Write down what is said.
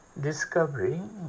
discovering